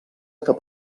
cap